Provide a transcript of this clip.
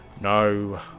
No